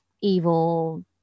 evil